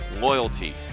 loyalty